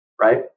right